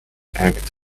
act